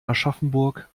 aschaffenburg